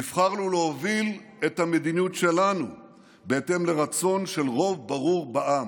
נבחרנו להוביל את המדיניות שלנו בהתאם לרצון של רוב ברור בעם,